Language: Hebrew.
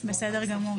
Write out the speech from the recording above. בסדר גמור.